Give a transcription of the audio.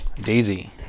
Daisy